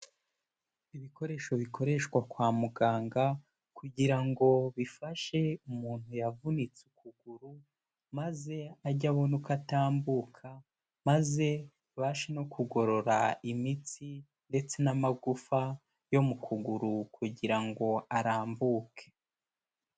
Ibikoresho bikoreshwa kwa muganga kugira ngo bifashe umuntu yavunitse ukuguru, maze ajye abona uko atambuka, maze abashe no kugorora imitsi ndetse n'amagufa yo mu kuguru kugira ngo arambuke.